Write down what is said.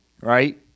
right